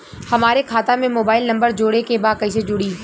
हमारे खाता मे मोबाइल नम्बर जोड़े के बा कैसे जुड़ी?